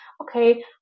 okay